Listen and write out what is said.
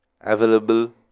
Available